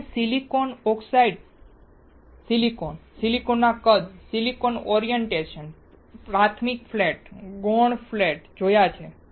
તમે silicon oxidised silicon silicon કદ silicon orientation પ્રાથમિક ફ્લેટ ગૌણ ફ્લેટ જોયો છે